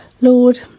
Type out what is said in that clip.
Lord